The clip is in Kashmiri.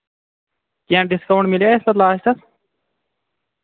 کیٚنٛہہ ڈِسکاوُنٛٹ میلیٛاہ اَسہِ پَتہٕ لاسٹَس